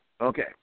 Okay